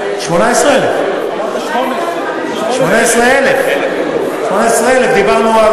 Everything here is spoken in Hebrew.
18,000. אמרת 18. 18,000. דיברנו,